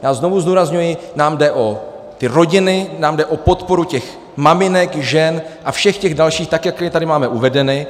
Já znovu zdůrazňuji, nám jde o ty rodiny, nám jde o podporu těch maminek, žen a všech těch dalších, tak jak je tady máme uvedeny.